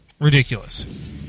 ridiculous